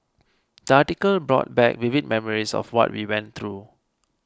the article brought back vivid memories of what we went through